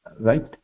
Right